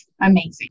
Amazing